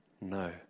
no